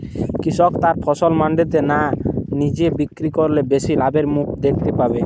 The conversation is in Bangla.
কৃষক তার ফসল মান্ডিতে না নিজে বিক্রি করলে বেশি লাভের মুখ দেখতে পাবে?